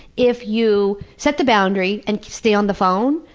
if you set the boundary and stay on the phone,